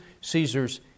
Caesar's